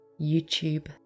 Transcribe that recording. YouTube